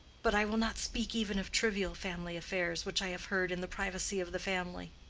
but i will not speak even of trivial family affairs which i have heard in the privacy of the family.